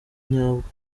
nyabwo